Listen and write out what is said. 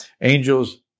angels